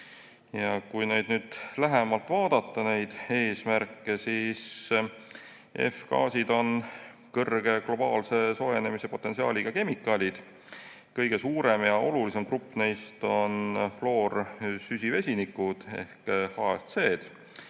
Kui nüüd lähemalt vaadata neid eesmärke, siis F-gaasid on suure globaalse soojenemise potentsiaaliga kemikaalid. Kõige suurem ja olulisem grupp neist on fluorosüsivesinikud ehk HFC-d,